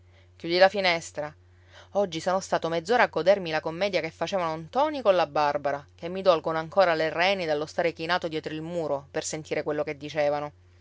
chiudi la finestra oggi sono stato mezz'ora a godermi la commedia che facevano ntoni con la barbara che mi dolgono ancora le reni dallo stare chinato dietro il muro per sentire quello che dicevano